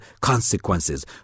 consequences